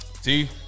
See